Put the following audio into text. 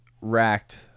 racked